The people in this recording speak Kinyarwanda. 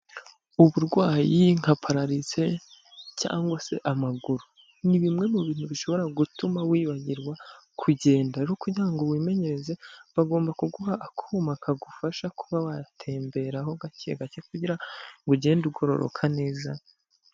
Uburwayi nka pararize cyangwa se amaguru, ni bimwe mu bintu bishobora gutuma wibagirwa kugenda, rero kugirango wimenyereze bagomba kuguha akuma kagufasha kuba watemberaho gake gake kugirango ugende ugororoka neza.